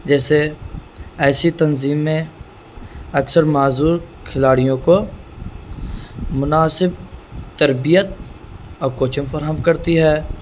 جیسے ایسی تنظیم میں اکثر معذور کھلاڑیوں کو مناسب تربیت اور کوچنگ فراہم کرتی ہے